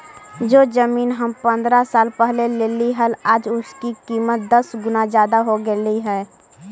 जो जमीन हम पंद्रह साल पहले लेली हल, आज उसकी कीमत दस गुना जादा हो गेलई हे